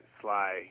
Sly